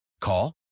Call